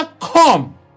come